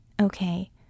Okay